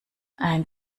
ein